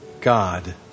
God